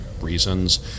reasons